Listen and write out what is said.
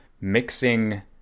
mixing